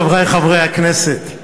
חברי חברי הכנסת,